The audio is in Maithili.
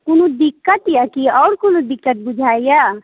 कोनो दिक्कत अइ कि आओर कोनो दिक्कत बुझाइए